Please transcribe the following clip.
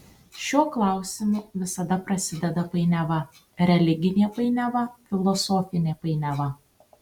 šiuo klausimu visada prasideda painiava religinė painiava filosofinė painiava